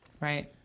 Right